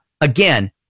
again